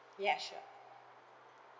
ya sure